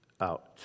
out